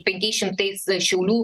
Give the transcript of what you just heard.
penkiais šimtais šiaulių